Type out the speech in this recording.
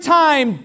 time